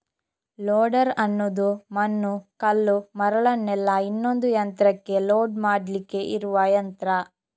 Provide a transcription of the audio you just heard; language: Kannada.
ಲೋಡರ್ ಅನ್ನುದು ಮಣ್ಣು, ಕಲ್ಲು, ಮರಳನ್ನೆಲ್ಲ ಇನ್ನೊಂದು ಯಂತ್ರಕ್ಕೆ ಲೋಡ್ ಮಾಡ್ಲಿಕ್ಕೆ ಇರುವ ಯಂತ್ರ